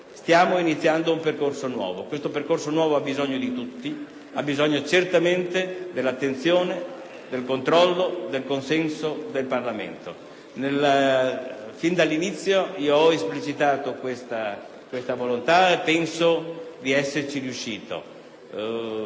Stiamo iniziando un percorso nuovo che ha bisogno di tutti e ha bisogno certamente dell'attenzione, del controllo e del consenso del Parlamento. Fin dall'inizio ho esplicitato questa volontà e penso di essere stato